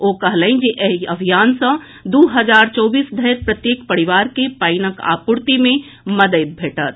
ओ कहलनि जे एहि अभियान सँ दू हजार चौबीस धरि प्रत्येक परिवार के पानिक आपूर्ति मे मददि भेटत